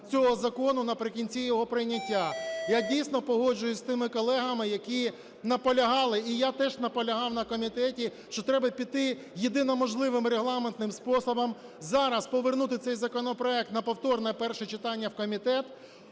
цього закону наприкінці його прийняття. Я, дійсно, погоджуюся з тими колегами, які наполягали і я теж наполягав на комітеті, що треба піти єдиноможливим регламентним способом: зараз повернути цей законопроект на повторне перше читання в комітет,